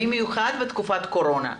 במיוחד בתקופת קורונה,